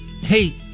Hey